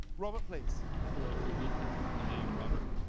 robert please. hello phoebe i am robert.